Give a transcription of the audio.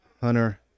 Hunter